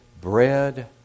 bread